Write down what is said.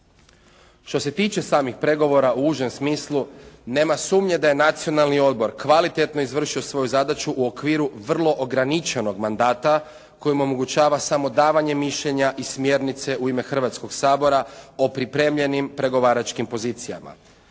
Što se tiče samih pregovora u užem smislu, nema sumnje da je Nacionalni odbor kvalitetno izvršio svoju zadaću u okviru vrlo ograničenog mandata koji im omogućava samo davanje mišljenja i smjernice u ime Hrvatskog sabora o pripremljenim pregovaračkim pozicijama.